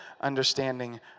understanding